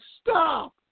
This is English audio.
Stop